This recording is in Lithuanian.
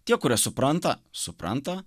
tie kurie supranta supranta